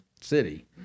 city